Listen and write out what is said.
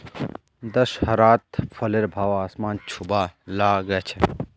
दशहरात फलेर भाव आसमान छूबा ला ग छेक